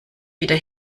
wieder